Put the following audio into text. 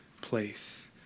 place